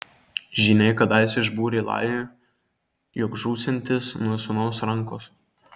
žyniai kadaise išbūrė lajui jog žūsiantis nuo sūnaus rankos